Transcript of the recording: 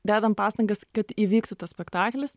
dedam pastangas kad įvyktų tas spektaklis